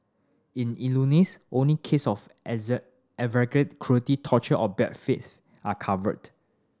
in Illinois only case of exact aggravate cruelty torture or bad faith are covered